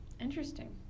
Interesting